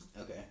Okay